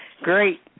Great